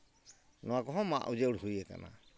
ᱱᱚᱣᱟ ᱠᱚᱦᱚᱸ ᱢᱟᱜ ᱩᱡᱟᱹᱲ ᱦᱩᱭᱟᱠᱟᱱᱟ